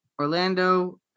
Orlando